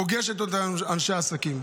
פוגש את אותם אנשי עסקים.